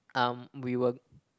um we were